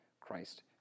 Christ